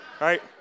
right